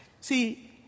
See